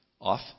off